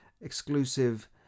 exclusive